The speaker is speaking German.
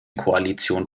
koalition